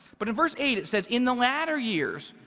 but in verse eight, it says, in the latter years,